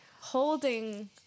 holding